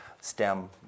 stem